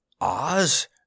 oz